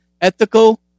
ethical